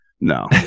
No